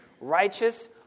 righteous